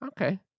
Okay